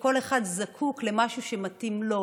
שכל אחד זקוק למשהו שמתאים לו,